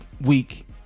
week